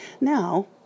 Now